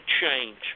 change